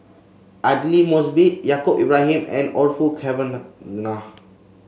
Aidli Mosbit Yaacob Ibrahim and Orfeur Cavenagh